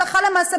הלכה למעשה,